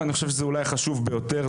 והוא אולי החשוב ביותר,